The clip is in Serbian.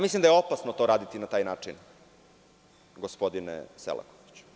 Mislim da je opasno to raditi na taj način, gospodine Selakoviću.